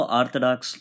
orthodox